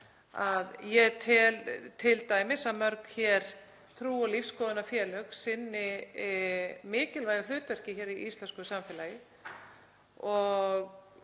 að ég tel t.d. að mörg trú- og lífsskoðunarfélög sinni mikilvægu hlutverki í íslensku samfélagi.